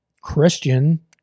Christian